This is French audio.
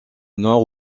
nord